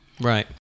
Right